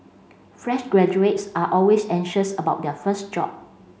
fresh graduates are always anxious about their first job